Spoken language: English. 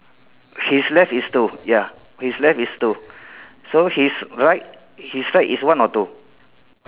his left is two ya his left is two so his right his right is one or two